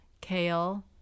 kale